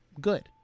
good